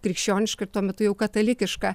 krikščioniška ir tuo metu jau katalikiška